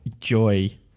joy